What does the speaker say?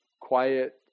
quiet